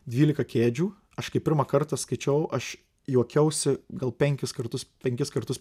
dvylika kėdžių aš kai pirmą kartą skaičiau aš juokiausi gal penkis kartus penkis kartus